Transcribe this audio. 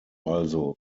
also